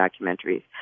documentaries